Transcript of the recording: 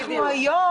בדיוק